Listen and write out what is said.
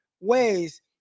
ways